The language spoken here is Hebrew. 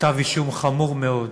כתב אישום חמור מאוד